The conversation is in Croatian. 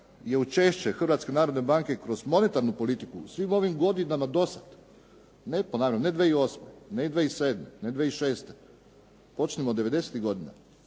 je učešće Hrvatske narodne banke kroz monetarnu politiku u svim ovim godinama dosad, ne 2008., ne 2007., ne 2006., počnimo od '90.-tih godina,